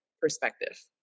perspective